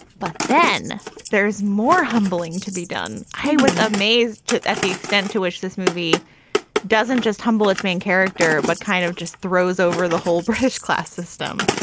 but then there's more humbling to be done. i was amazed at the extent to which this movie doesn't just humble its main character, but kind of just throws over the whole british class system.